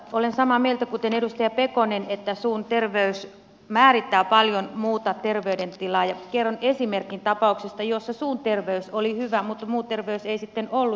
olen samaa mieltä kuin edustaja pekonen että suun terveys määrittää paljon muuta terveydentilaa ja kerron esimerkin tapauksesta jossa suun terveys oli hyvä mutta muu terveys ei sitten ollutkaan